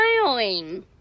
smiling